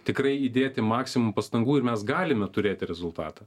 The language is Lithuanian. tikrai įdėti maksimumą pastangų ir mes galime turėti rezultatą